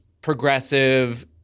progressive